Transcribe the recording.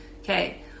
okay